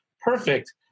perfect